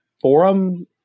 forum